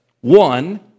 one